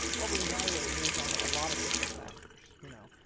well, we evaluate news on a lot of different factors. you know,